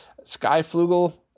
Skyflugel